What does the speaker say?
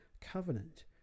covenant